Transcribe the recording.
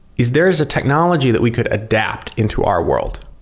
is there is a technology that we could adapt into our world.